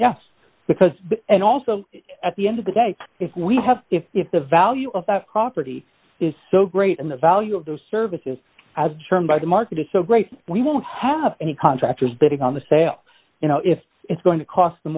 yes because and also at the end of the day if we have if if the value of that property is so great and the value of those services as shown by the market is so great we won't have any contractors bidding on the sale you know if it's going to cost them